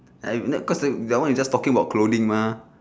I would not cause a that one you're just talking about clothing mah